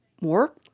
work